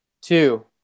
two